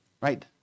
right